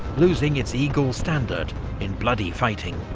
losing its eagle standard in bloody fighting.